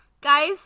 Guys